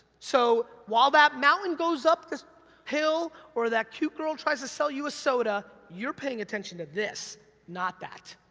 so, while that mountain goes up this hill or that cute girl tries to sell you a soda, you're paying attention to this, not that.